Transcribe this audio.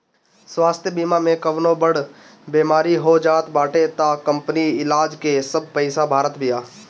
स्वास्थ्य बीमा में कवनो बड़ बेमारी हो जात बाटे तअ कंपनी इलाज के सब पईसा भारत बिया